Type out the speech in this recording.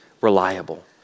reliable